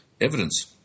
evidence